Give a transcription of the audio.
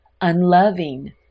unloving